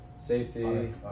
Safety